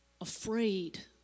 afraid